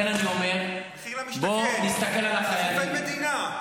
במקום לגייס את החרדים אתם מכבידים על משרתי המילואים.